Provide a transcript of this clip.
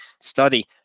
study